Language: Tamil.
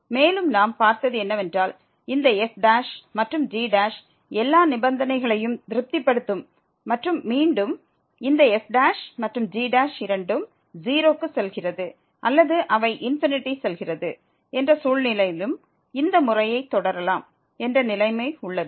மேலும் நாம் பார்த்தது என்னவென்றால் இந்த f மற்றும் g எல்லா நிபந்தனைகளையும் திருப்திப்படுத்தும் மற்றும் மீண்டும் இந்த f மற்றும் g இரண்டும் 0 க்கு செல்கிறது அல்லது அவை ∞க்கு செல்கிறது என்ற சூழ்நிலையிலும் இந்த முறையை தொடரலாம் என்ற நிலைமை உள்ளது